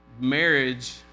marriage